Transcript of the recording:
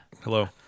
Hello